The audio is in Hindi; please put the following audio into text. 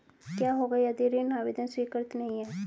क्या होगा यदि ऋण आवेदन स्वीकृत नहीं है?